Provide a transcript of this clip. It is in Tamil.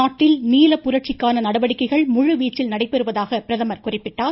நாட்டில் நீலப்புரட்சிக்கான நடவடிக்கைகள் முழுவீச்சில் நடைபெறுவதாக பிரதமர் குறிப்பிட்டார்